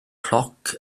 cloc